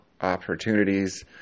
opportunities